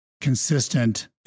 consistent